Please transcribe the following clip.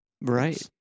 Right